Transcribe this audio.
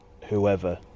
whoever